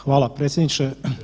Hvala predsjedniče.